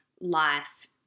life